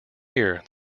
year